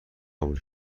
قبول